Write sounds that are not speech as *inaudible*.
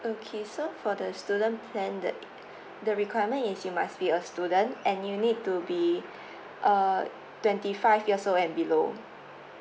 okay so for the student plan that the requirement is you must be a student and you need to be *breath* uh twenty five years old and below